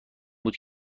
بود